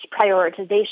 prioritization